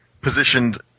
positioned